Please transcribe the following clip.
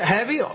Heavy